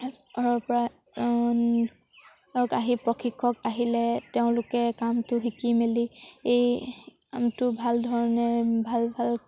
পৰা তেওঁলোক আহি প্ৰশিক্ষক আহিলে তেওঁলোকে কামটো শিকি মেলি এই কামটো ভাল ধৰণে ভাল ভাল